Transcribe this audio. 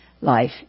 life